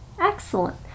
excellent